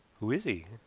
who is he?